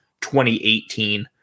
2018